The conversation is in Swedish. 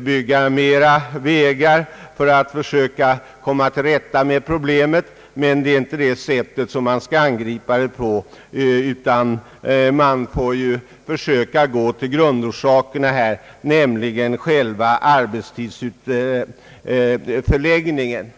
bygga fler vägar för att söka komma till rätta med problemet. Men det är inte detta sätt vi bör angripa problemet på, utan vi får försöka gå till grundorsakerna, nämligen själva arbetstidsförläggningen.